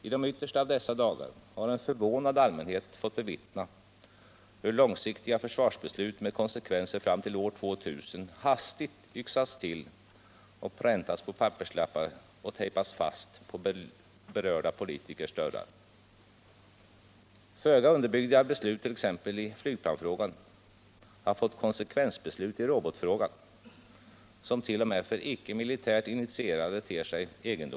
I de yttersta av dessa dagar har en förvånad allmänhet fått bevittna hur långsiktiga försvarsbeslut med konsekvenser fram till år 2000 hastigt yxats till, präntats på papperslappar och tejpats fast på berörda politikers dörrar. Föga underbyggda beslut it.ex. flygplansfrågan har fått konsekvensbeslut i robotfrågan, som ter sig egendomliga t.o.m. för icke militärt initierade.